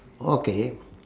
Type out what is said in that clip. okay